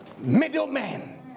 middleman